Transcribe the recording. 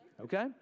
okay